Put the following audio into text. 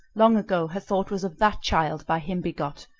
long ago her thought was of that child by him begot,